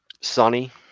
Sunny